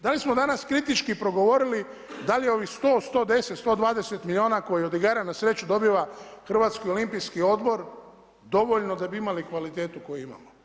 Da li smo danas kritički progovorili da li ovih 100, 110, 120 milijuna koje od igara na sreću dobiva Hrvatski olimpijski odbor dovoljno da bi imali kvalitetu koju imamo?